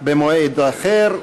במועד אחר.